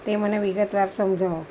તે મને વિગતવાર સમજાવો